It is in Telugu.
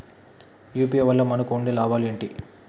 యూ.పీ.ఐ వల్ల మనకు ఉండే లాభాలు ఏంటి?